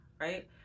right